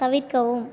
தவிர்க்கவும்